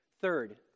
Third